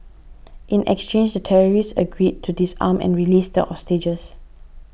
in exchange the terrorists agreed to disarm and released the hostages